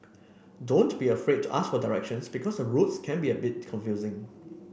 don't be afraid to ask for directions because the roads can be a bit confusing